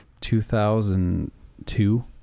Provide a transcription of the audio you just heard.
2002